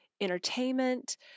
entertainment